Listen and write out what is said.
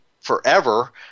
forever